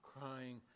crying